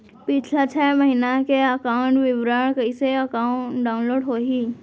पिछला छः महीना के एकाउंट विवरण कइसे डाऊनलोड होही?